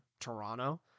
Toronto